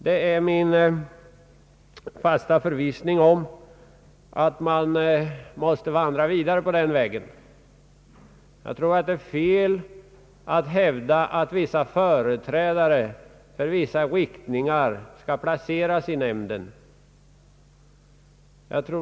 Det är min fasta förvissning att vi måste vandra vidare på den inslagna vägen. Det är fel att hävda att företrädare för vissa riktningar skall placeras i nämnden.